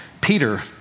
Peter